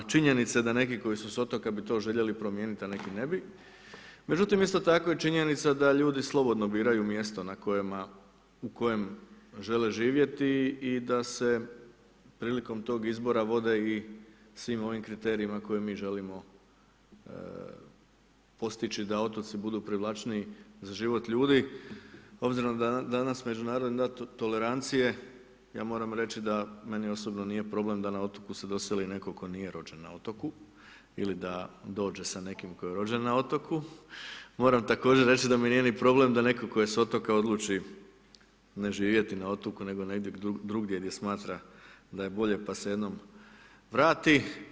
Činjenica je da neki koji su s otoka bi to željeli promijeniti a neki ne bi, međutim isto tako je činjenica da ljudi slobodno biraju mjesto u kojem žele živjeti i da se prilikom tog izbora vode i svim ovim kriterijima koje mi želimo postići da otoci budu privlačniji za život ljudi obzirom da danas Međunarodni dan tolerancije, ja moram reći meni osobno nije problem da na otoku se doseli netko ko nije rođen na otoku ili da dođe sa nekim ko je rođen na otoku, moram također reći da mi nije ni problem da neko ko je s otoka odluči ne živjeti na otoku nego negdje drugdje gdje smatra da je bolje pa se jednom vrati.